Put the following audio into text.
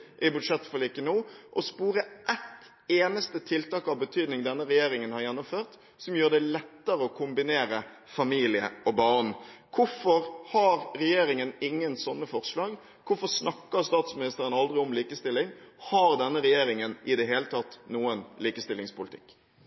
i budsjettforliket nå, å spore ett eneste tiltak av betydning denne regjeringen har gjennomført, som gjør det lettere å kombinere det med familie og barn. Hvorfor har regjeringen ingen sånne forslag? Hvorfor snakker statsministeren aldri om likestilling? Har denne regjeringen i det hele tatt noen likestillingspolitikk?